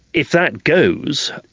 if that goes,